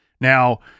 Now